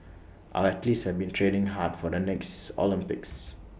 our athletes have been training hard for the next Olympics